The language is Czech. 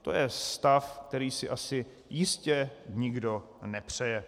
To je stav, který si asi jistě nikdo nepřeje.